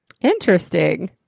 Interesting